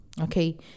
Okay